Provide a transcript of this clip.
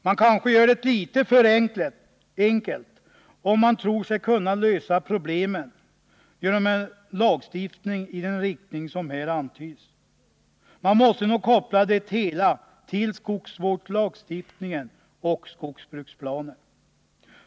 Man kanske gör det litet för enkelt om man tror sig kunna lösa problemen genom lagstiftning i den riktning som här antyds — man måste nog koppla det hela till skogsvårdslagstiftningen och skogsbruksplaner.